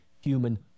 human